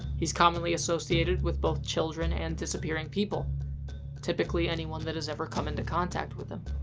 he's commonly associated with both children and disappearing people typically anyone that has ever come into contact with him.